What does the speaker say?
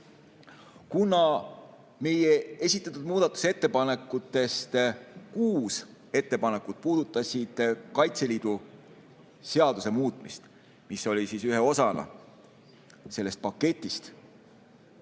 Kuna meie esitatud muudatusettepanekutest kuus ettepanekut puudutasid Kaitseliidu seaduse muutmist, mis oli üks osa sellest paketist,